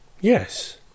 Yes